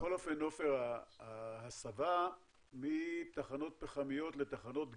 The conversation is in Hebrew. בכל אופן ההסבה מתחנות פחמיות לתחנות גז,